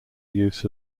use